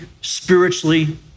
spiritually